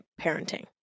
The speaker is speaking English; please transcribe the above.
Parenting